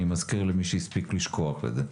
אני מזכיר למי שהספיק לשכוח את זה.